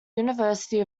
university